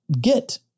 get